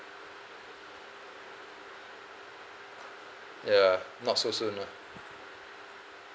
ya not so soon lah